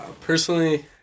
Personally